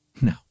No